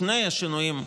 שני השינויים,